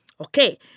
Okay